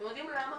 אתם יודעים למה,